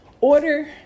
order